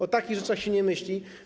O takich rzeczach się nie myśli.